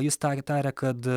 jis taria taria kad